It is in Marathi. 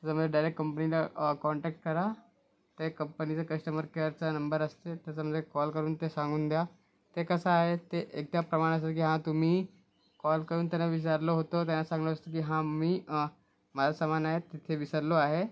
तर मग डायरेक्ट कंपनीला कॉँटॅक्ट करा हे कंपनीचा कश्टमर केअरचा नंबर असते त्याच्यामध्ये कॉल करून ते सांगून द्या ते कसं आहे ते एका प्रमाणासारखी तुम्ही कॉल करून त्यांना विचारलं होतं त्यांना सांगलं असतं की हां मी हा माझं सामान आहे तिथे विसरलो आहे